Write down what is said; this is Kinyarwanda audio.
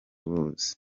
ruzi